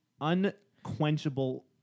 unquenchable